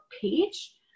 page